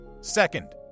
Second